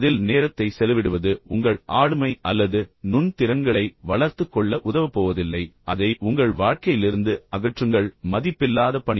அதில் நேரத்தை செலவிடுவது உங்கள் ஆளுமை அல்லது நுண் திறன்களை வளர்த்துக் கொள்ள உதவப் போவதில்லை அதை உங்கள் வாழ்க்கையிலிருந்து அகற்றுங்கள் மதிப்பில்லாத பணி